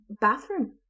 bathroom